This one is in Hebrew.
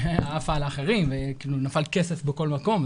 היא עפה על אחרים ונפל כסף בכל מקום.